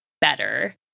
better